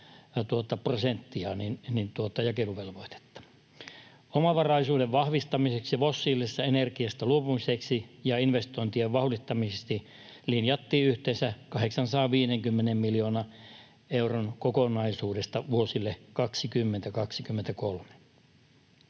prosenttia. Omavaraisuuden vahvistamiseksi, fossiilisesta energiasta luopumiseksi ja investointien vauhdittamiseksi linjattiin yhteensä 850 miljoonan euron kokonaisuudesta vuosille 20—23.